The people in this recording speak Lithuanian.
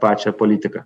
pačią politiką